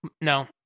No